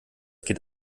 geht